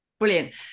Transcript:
Brilliant